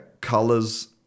colors